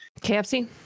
kfc